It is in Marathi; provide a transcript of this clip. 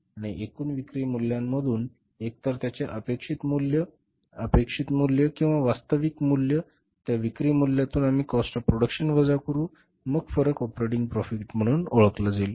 आणि एकूण विक्री मूल्यांमधून एकतर त्याचे अपेक्षित मूल्य अपेक्षित मूल्य किंवा वास्तविक मूल्य त्या विक्री मूल्यातून आम्ही काॅस्ट ऑफ प्रोडक्शन वजा करू मग फरक ऑपरेटिंग प्रॉफिट म्हणून ओळखला जाईल